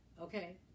okay